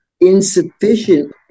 insufficient